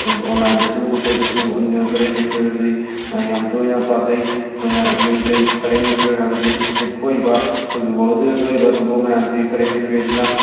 ꯑꯩꯈꯣꯏꯒꯤ ꯑꯣꯟꯂꯥꯏꯗꯁꯨ ꯀꯩꯗꯁꯨ ꯑꯩꯅ ꯀꯔꯦꯟ ꯑꯦꯐ꯭ꯌꯔꯁꯤ ꯌꯥꯝꯅ ꯇꯣꯏꯅ ꯄꯥꯖꯩ ꯑꯩꯈꯣꯏꯅ ꯌꯦꯡꯖꯩ ꯀꯔꯦꯟ ꯑꯦꯐ꯭ꯌꯔ ꯍꯥꯏꯕꯁꯤ ꯍꯧꯖꯤꯛ ꯊꯣꯛꯏꯕ ꯑꯩꯈꯣꯏꯒꯤ ꯋꯔꯜꯁꯤꯗ ꯊꯣꯛꯏꯕ ꯊꯧꯗꯣꯛ ꯃꯌꯥꯝꯁꯤ ꯀꯔꯦꯟ ꯑꯦꯐ꯭ꯌꯔꯁꯤꯅ